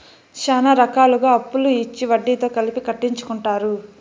శ్యానా రకాలుగా అప్పులు ఇచ్చి వడ్డీతో కలిపి కట్టించుకుంటారు